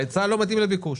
ההיצע לא מתאים לביקוש.